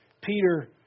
Peter